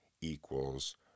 equals